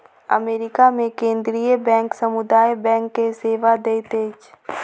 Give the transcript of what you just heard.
America मे केंद्रीय bank समुदाय बैंक के सेवा दैत अछि